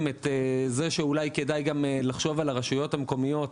את זה שאולי כדאי גם לחשוב על הרשויות המקומיות.